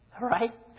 Right